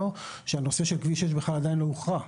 ונאמר שהנושא של כביש 6 עדיין לא הוכרע.